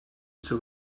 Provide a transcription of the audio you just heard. zur